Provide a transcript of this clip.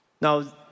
Now